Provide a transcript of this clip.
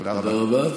תודה רבה.